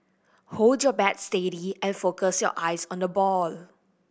hold your bat steady and focus your eyes on the ball